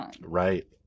Right